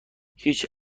هیچ